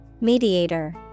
Mediator